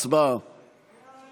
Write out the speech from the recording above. סעיף 1